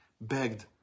begged